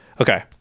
okay